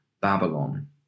Babylon